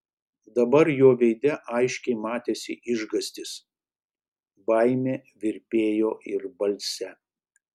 dabar jo veide aiškiai matėsi išgąstis baimė virpėjo ir balse